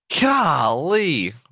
Golly